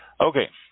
Okay